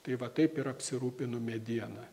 tai va taip ir apsirūpinu mediena